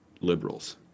liberals